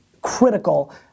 critical